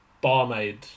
barmaid